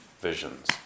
visions